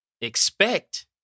expect